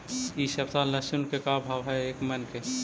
इ सप्ताह लहसुन के का भाव है एक मन के?